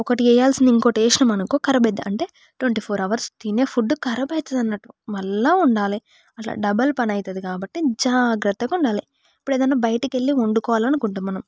ఒకటి వేయాల్సింది ఇంకొకటి వేసినామాం అనుకో కరాబ్ అయిద్ది అంటే ట్వంటీ ఫోర్ అవర్స్ తినే ఫుడ్ కరాబ్ అవుతుంది అన్నట్టు మళ్ళా వండాలి అట్లా డబుల్ పని అవుతుంది కాబట్టి జాగ్రత్తగా వండాలి ఇప్పుడు ఏదైనా బయటకు వెళ్ళి వండుకోవాలి అనునుకుంటాం మనం